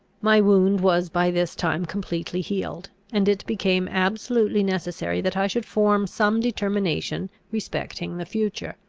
my wound was by this time completely healed, and it became absolutely necessary that i should form some determination respecting the future.